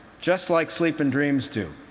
just like sleep and dreams do.